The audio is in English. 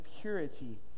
purity